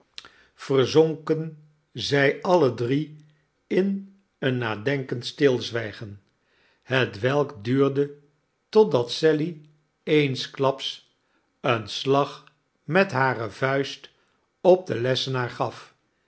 verzonken zij alle drie in een nadenkend stilzwijgen hetwelk duurde totdat sally eensklaps een slag met hare vuist op den lessenaar gaf